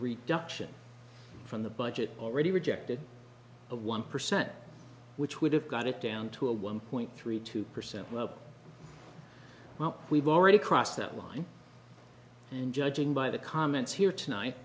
reduction from the budget already rejected of one percent which would have got it down to a one point three two percent well we've already crossed that line and judging by the comments here tonight